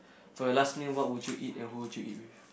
for your last meal what would you eat and who would you eat with